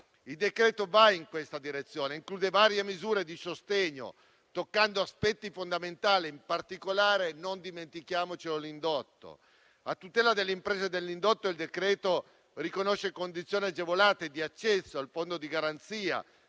Il decreto va in questa direzione, include varie misure di sostegno, toccando aspetti fondamentali, in particolare - non dimentichiamolo - l'indotto. A tutela delle imprese dell'indotto, il decreto riconosce condizioni agevolate di accesso al fondo di garanzia